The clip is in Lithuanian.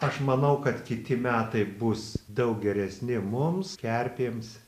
aš manau kad kiti metai bus daug geresni mums kerpėms